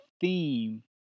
theme